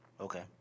Okay